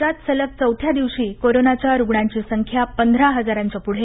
राज्यात सलग चौथ्या दिवशी कोरोनाच्या रुग्णांची संख्या पंधरा हजारांच्या पुढे